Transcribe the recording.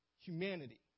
humanity